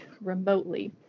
remotely